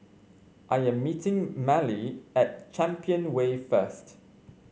I am meeting Mallie at Champion Way first